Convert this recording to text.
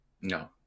No